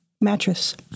mattress